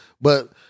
But-